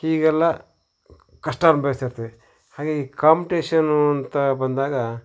ಹೀಗೆಲ್ಲ ಕಷ್ಟ ಅನುಭವ್ಸ್ತಿರ್ತೀವಿ ಹಾಗೇ ಕಾಂಪ್ಟೇಷನ್ನು ಅಂತ ಬಂದಾಗ